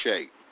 shape